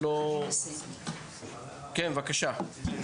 כן, בבקשה.